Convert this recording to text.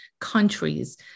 countries